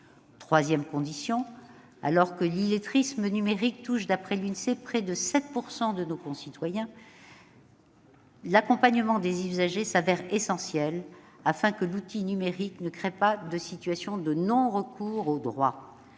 troisième condition, alors que l'illettrisme numérique touche, d'après l'Insee, près de 7 % de nos concitoyens, c'est l'accompagnement des usagers. Celui-ci se révèle essentiel, afin que l'outil numérique ne crée pas de situations de non-recours aux droits.